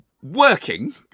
Working